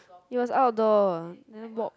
it was outdoor then walk